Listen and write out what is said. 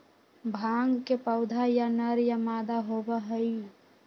भांग के पौधा या नर या मादा होबा हई